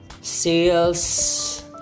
sales